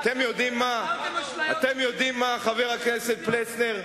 אתם יודעים מה, חבר הכנסת פלסנר?